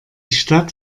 stadt